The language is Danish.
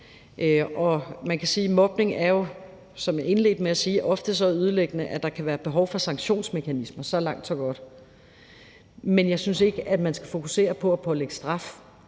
Man kan sige, at mobning, som jeg indledte med at sige, jo ofte er så ødelæggende, at der kan være behov for sanktionsmekanismer. Så langt, så godt, men jeg synes ikke, at man skal fokusere på at pålægge straf,